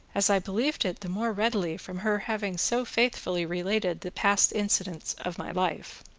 as i believed it the more readily from her having so faithfully related the past incidents of my life.